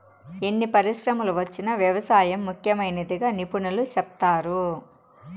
ఎన్ని పరిశ్రమలు వచ్చినా వ్యవసాయం ముఖ్యమైనదిగా నిపుణులు సెప్తారు